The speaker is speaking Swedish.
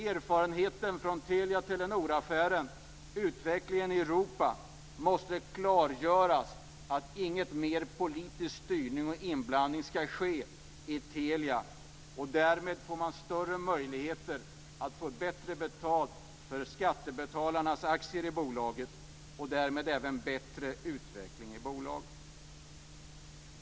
Erfarenheten från Telia-Telenor-affären och utvecklingen i Europa klargör att ingen mer politisk styrning och inblandning ska ske i Telia. Därmed får man större möjligheter att få bättre betalt för skattebetalarnas aktier i bolaget och därmed även bättre utveckling i bolaget.